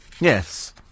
Yes